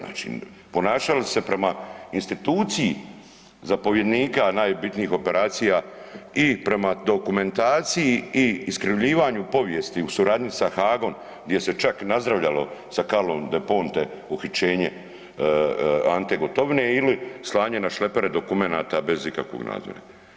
Znači, ponašali su se prema instituciji zapovjednika najbitnijih operacija i prema dokumentaciji i iskrivljivanju povijesti u suradnji sa Hagom gdje se čak i nazdravljalo sa Carlom Del Ponte uhićenje Ante Gotovine ili slanje na šlepere dokumenata bez ikakvog nadzora.